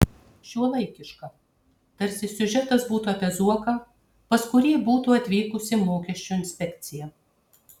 šiuolaikiška tarsi siužetas būtų apie zuoką pas kurį būtų atvykusi mokesčių inspekcija